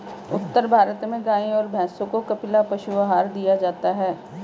उत्तर भारत में गाय और भैंसों को कपिला पशु आहार दिया जाता है